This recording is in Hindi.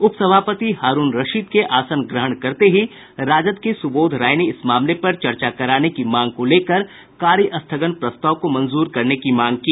उप सभापति हारूण रशीद के आसन ग्रहण करते ही राजद के सुबोध राय ने इस मामले पर चर्चा कराने की मांग को लेकर कार्य स्थगन प्रस्ताव को मंजूर करने की मांग की